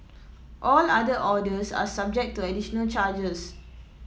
all other orders are subject to additional charges